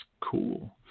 cool